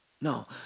No